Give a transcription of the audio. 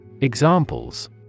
Examples